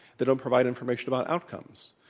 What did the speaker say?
they don't provide information about outcomes.